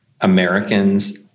Americans